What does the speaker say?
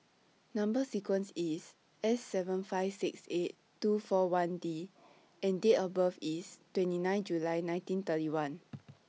Number sequence IS S seven five six eight two four one D and Date of birth IS twenty nine July nineteen thirty one